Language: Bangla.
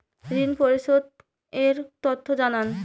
ঋন পরিশোধ এর তথ্য জানান